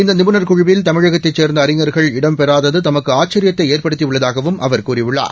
இந்த நிபுணா் குழுவில் தமிழகத்தைச் சேர்ந்த அறிஞா்கள் இடம்பெறாதது தமக்கு ஆச்சியத்தை ஏற்படுத்தி உள்ளதாகவும் அவர் கூறியுள்ளார்